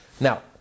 Now